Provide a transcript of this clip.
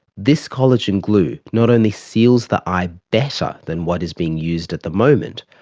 this collagen glue not only seals the eye better than what is being used at the moment,